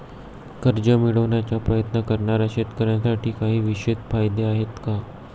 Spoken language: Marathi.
कर्ज मिळवण्याचा प्रयत्न करणाऱ्या शेतकऱ्यांसाठी काही विशेष फायदे आहेत का?